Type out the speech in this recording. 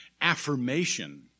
affirmation